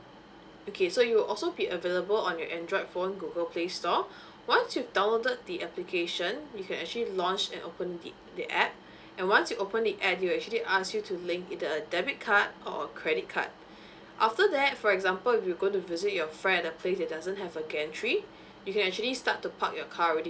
okay so you also be available on your andriod phone google playstore once you downloaded the application you can actually launch and open the the app and once you open the app they will actually ask you to link in a debit card or credit card after that for example if you go to visit your friend a place that doesn't have a you actually start to park your car already